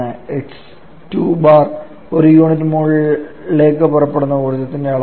h2 bar ഒരു unit മോളിലേക്ക് പുറപ്പെടുന്ന ഊർജ്ജത്തിന്റെ അളവാണ്